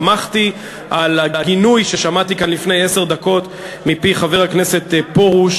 על הגינוי ששמעתי כאן לפני עשר דקות מפי חבר הכנסת פרוש